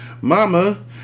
Mama